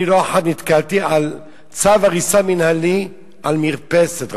אני לא אחת נתקלתי בצו הריסה מינהלי על מרפסת,